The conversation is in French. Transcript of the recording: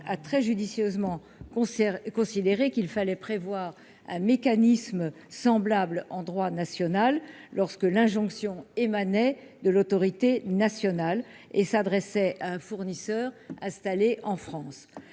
a très judicieusement conseillère considéré qu'il fallait prévoir un mécanisme semblable en droit national lorsque l'injonction émanait de l'Autorité nationale et s'adressait un fournisseur installé en France